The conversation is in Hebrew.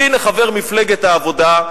והנה חבר מפלגת העבודה,